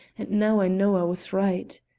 and now i know i was right.